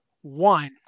one